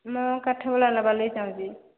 ମୁଁ କାଠ ବାଲା ନେବାର ଲାଗି ଚାଁହୁଛି